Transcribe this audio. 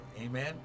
Amen